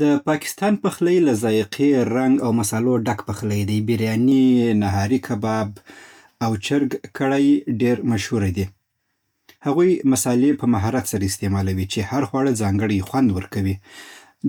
د پاکستان پخلی له ذائقي، رنګ او مصالو ډک پخلی دی. بریاني، نهاري، کباب او چرګ کړهي ډېر مشهوره دي. هغوی مصالې په مهارت سره استعمالوي چې هر خواړه ځانګړی خوند ورکړي.